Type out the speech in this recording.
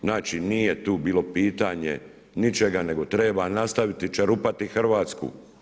Znači nije tu bilo pitanje ničega nego treba nastaviti čerupati Hrvatsku.